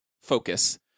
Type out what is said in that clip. focus